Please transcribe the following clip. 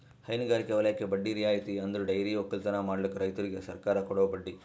ಹೈನಗಾರಿಕೆ ವಲಯಕ್ಕೆ ಬಡ್ಡಿ ರಿಯಾಯಿತಿ ಅಂದುರ್ ಡೈರಿ ಒಕ್ಕಲತನ ಮಾಡ್ಲುಕ್ ರೈತುರಿಗ್ ಸರ್ಕಾರ ಕೊಡೋ ಬಡ್ಡಿ